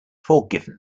forgiven